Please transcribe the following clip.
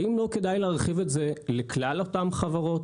האם לא כדאי להרחיב את זה לכלל אותן חברות